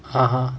(uh huh)